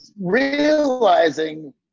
realizing